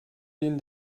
denen